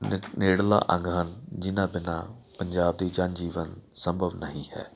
ਨ ਨੇੜਲਾ ਅੰਗ ਹਨ ਜਿਨ੍ਹਾਂ ਬਿਨਾਂ ਪੰਜਾਬ ਦੀ ਜਨਜੀਵਨ ਸੰਭਵ ਨਹੀਂ ਹੈ